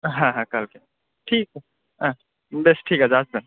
হ্যাঁ হ্যাঁ কালকে ঠিক আছে হ্যাঁ বেশ ঠিক আছে আসবেন